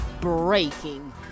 breaking